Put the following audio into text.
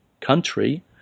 country